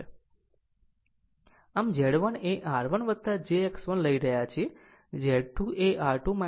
આમ Z1એ R1 jX1 લઈ રહ્યા છે Z2 એ R2 jX2 લઈ રહ્યાં છે અને Z 3 R3